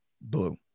Blue